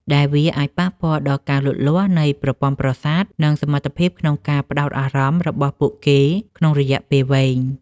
ដែលវាអាចប៉ះពាល់ដល់ការលូតលាស់នៃប្រព័ន្ធប្រសាទ និងសមត្ថភាពក្នុងការផ្ដោតអារម្មណ៍របស់ពួកគេក្នុងរយៈពេលវែង។